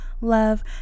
love